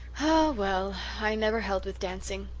ah, well, i never held with dancing.